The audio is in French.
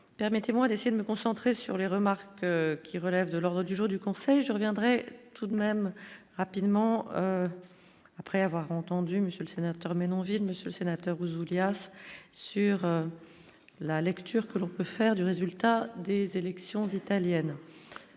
permettez-moi d'essayer de me concentrer sur les remarques qui relève de l'ordre du jour du conseil, je reviendrai. Tout de même rapidement après avoir entendu Monsieur le Sénateur, mais non vide, Monsieur le Sénateur Ouzoulias sur la lecture que l'on peut faire du résultat des élections italiennes,